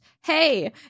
Hey